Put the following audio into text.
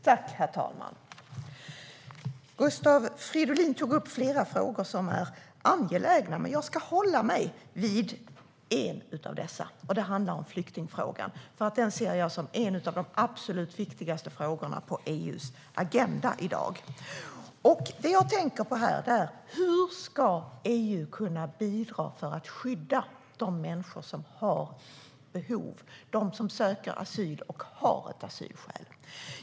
Herr talman! Gustav Fridolin tog upp flera angelägna frågor. Jag ska hålla mig till en av dem, nämligen flyktingfrågan. Den ser jag som en av de absolut viktigaste frågorna på EU:s agenda i dag. Hur ska EU kunna bidra för att skydda de människor som har behov - de som söker asyl och har asylskäl?